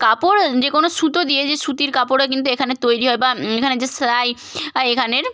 কাপড় যে কোনও সুতো দিয়ে যে সুতির কাপড়ে কিন্তু এখানে তৈরি হয় বা এখানে যে সেলাই এখানের